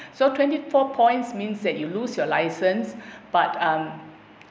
so twenty four points means that you lose your licence but um